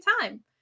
time